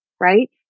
right